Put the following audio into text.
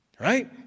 Right